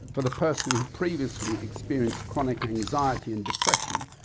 for the person who previously experienced chronic anxiety and depression,